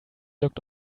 looked